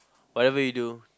by the way though